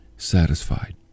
satisfied